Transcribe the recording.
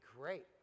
great